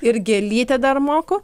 ir gėlytę dar moku